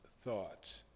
thoughts